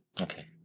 okay